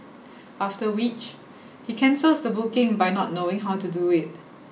after which he cancels the booking by not knowing how to do it